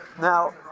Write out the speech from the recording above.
Now